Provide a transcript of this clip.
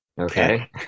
Okay